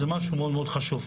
זה משהו מאוד חשוב.